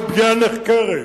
כל פגיעה נחקרת,